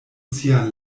sian